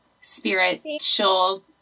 spiritual